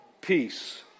peace